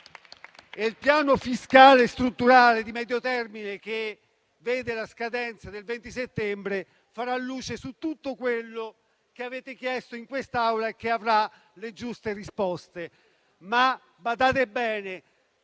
Il piano fiscale e strutturale di medio termine, che vede la scadenza del 20 settembre, farà luce su tutto quello che avete chiesto in quest'Aula e che avrà le giuste risposte.